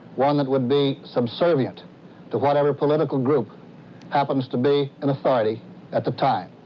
one that would be subservient to whatever political group happens to be in authority at the time.